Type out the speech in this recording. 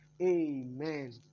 Amen